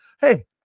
hey